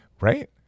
right